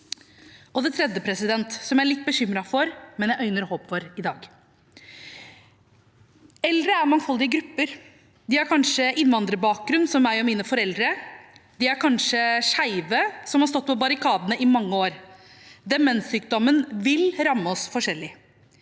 Til det tredje, som jeg er litt bekymret for, men øyner håp for i dag: Eldre er mangfoldige grupper. De har kanskje innvandrerbakgrunn, som meg og mine foreldre. De er kanskje skeive som har stått på barrikadene i mange år. Demenssykdommen vil ramme oss forskjellig.